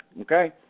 okay